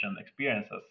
experiences